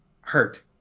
hurt